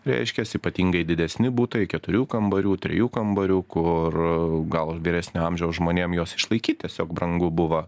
reiškias ypatingai didesni butai keturių kambarių trijų kambarių kur gal vyresnio amžiaus žmonėm juos išlaikyt tiesiog brangu buvo